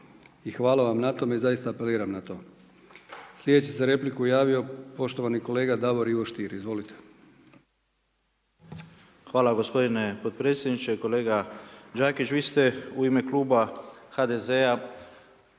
hvala vam na tome, zaista apeliram na to. Sljedeći se za repliku javio poštovani kolega Davor Ivo Stier. Izvolite. **Stier, Davor Ivo (HDZ)** Hvala gospodine potpredsjedniče. Kolega Đakić vi ste u ime kluba HDZ-a